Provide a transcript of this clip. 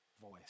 voice